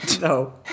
No